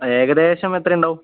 ഏകദേശം എത്രയുണ്ടാവും